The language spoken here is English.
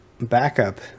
backup